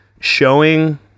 showing